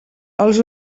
els